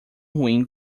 ruim